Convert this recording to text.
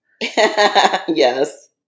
Yes